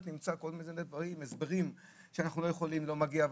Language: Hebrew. נשמע שוב ושוב הסברים שאנחנו לא יכולים ולא מגיע.